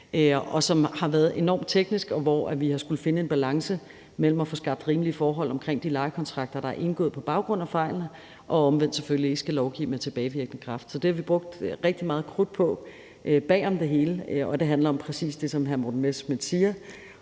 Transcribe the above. det været enormt teknisk, hvor vi har skullet finde en balance mellem at få skabt rimelige forhold om de lejekontrakter, der er indgået på baggrund af fejlen, og at vi omvendt selvfølgelig ikke skal lovgive med tilbagevirkende kraft. Det har vi brugte rigtig meget krudt på bag om det hele, og det handler om præcis det, som hr. Morten Messerschmidt siger,